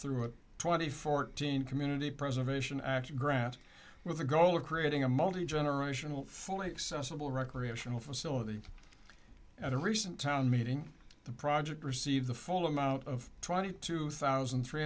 through a twenty fourteen community preservation act grant with the goal of creating a multigenerational fully accessible recreational facility at a recent town meeting the project receive the full amount of trying it two thousand three